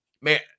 man